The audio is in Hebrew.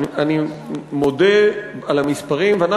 על המספרים, בהחלט, חבר הכנסת ברוורמן.